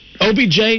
OBJ